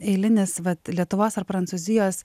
eilinis vat lietuvos ar prancūzijos